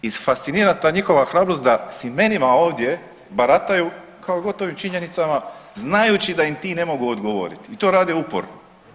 I fascinira ta njihova hrabrost da s imenima ovdje barataju kao gotovim činjenicama znajući da im ti ne mogu odgovoriti i to rade uporno.